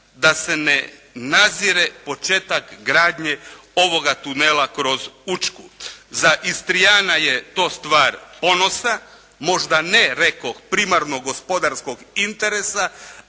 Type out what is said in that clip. da se ne nazire početak gradnje ovoga tunela kroz Učku. Za Istrijana je to stvar ponosa, možda ne rekoh primarnog gospodarskog interesa,